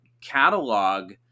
catalog